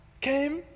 came